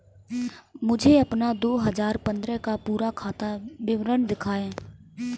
मुझे अपना दो हजार पन्द्रह का पूरा खाता विवरण दिखाएँ?